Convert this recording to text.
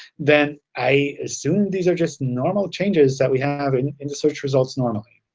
then i assume these are just normal changes that we have in in the search results normally.